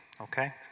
okay